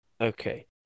Okay